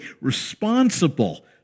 responsible